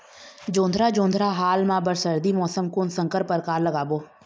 जोंधरा जोन्धरा हाल मा बर सर्दी मौसम कोन संकर परकार लगाबो?